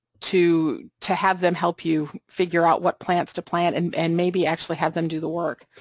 to to have them help you figure out what plants to plant and and maybe actually have them do the work.